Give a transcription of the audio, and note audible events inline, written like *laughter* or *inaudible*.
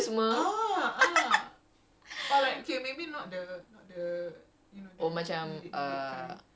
so kacau macam kau nak tidur lepas tu dengan pin pin dia semua *laughs*